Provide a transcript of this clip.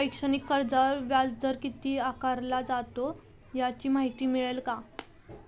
शैक्षणिक कर्जावर व्याजदर किती आकारला जातो? याची माहिती मिळेल का?